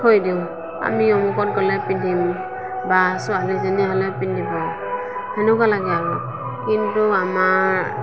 থৈ দিওঁ আমি অমুকত গ'লে পিন্ধিম বা ছোৱালীজনীয়ে হ'লে পিন্ধিব সেনেকুৱা লাগে আৰু কিন্তু আমাৰ